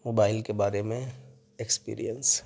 mobile کے بارے می ایکسپریئنس